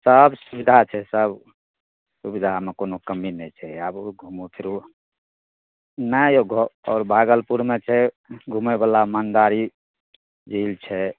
सब सुबिधा छै सब सुबिधा मे कोनो कमी नहि छै आबु घुमु फिरू ने यौ आओर भागलपुरमे छै घुमै बला मन्दारी झील छै